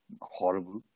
Horrible